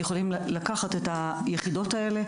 יכולים לקחת את היחידות האלה.